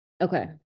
Okay